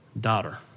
daughter